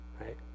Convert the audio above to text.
Right